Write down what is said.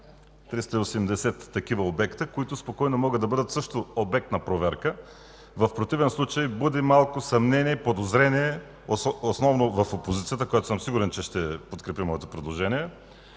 380 такива обекта, които могат да бъдат също обект на проверка. В противен случай буди малко съмнение, подозрение основно в опозицията, която съм сигурен, че ще подкрепи моето предложение,